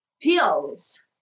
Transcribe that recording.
pills